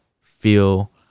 feel